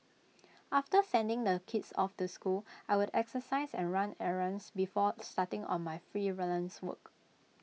after sending the kids off to school I would exercise and run errands before starting on my freelance work